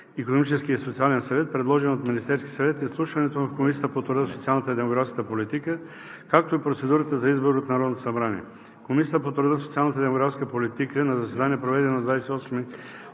Икономическия и социален съвет, предложен от Министерския съвет, изслушването му в Комисията по труда, социалната и демографската политика, както и процедурата за избор от Народното събрание Комисията по труда, социалната и демографската политика на заседание, проведено на 28